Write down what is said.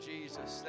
Jesus